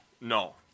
No